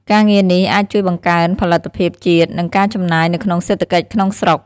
ការងារនេះអាចជួយបង្កើនផលិតភាពជាតិ និងការចំណាយនៅក្នុងសេដ្ឋកិច្ចក្នុងស្រុក។